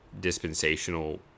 dispensational